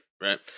Right